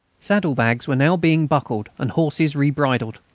saddlebags were now being buckled and horses rebridled.